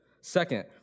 Second